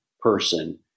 person